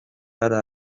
gara